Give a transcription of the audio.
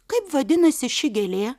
kaip vadinasi ši gėlė